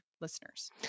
listeners